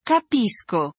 Capisco